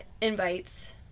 invites